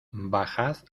bajad